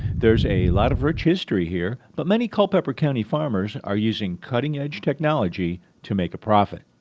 there's a lot of rich history here, but many culpeper county farmers are using cutting-edge technology to make a profit.